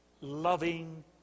loving